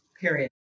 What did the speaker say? Period